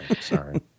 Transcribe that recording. sorry